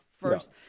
First